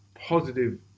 positive